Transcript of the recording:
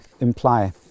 imply